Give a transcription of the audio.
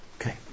Okay